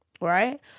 right